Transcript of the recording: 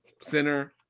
center